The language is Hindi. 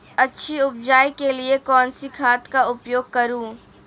अच्छी उपज के लिए कौनसी खाद का उपयोग करूं?